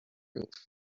roof